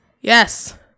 Yes